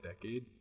decade